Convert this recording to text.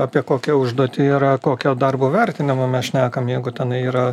apie kokią užduotį yra kokio darbo vertinimą mes šnekam jeigu tenai yra